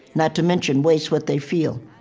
not to mention waste what they feel